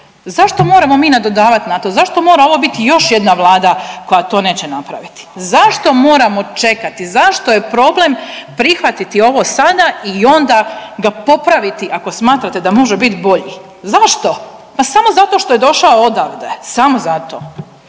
Zašto moramo mi nadodavat na to? Zašto ovo mora biti još jedna Vlada koja to neće napravit? Zašto moramo čekati, zašto je problem prihvatiti ovo sada i onda ga popraviti ako smatrate da može bit bolji? Zašto? Pa samo zato što je došao odavde, samo zato.